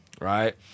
right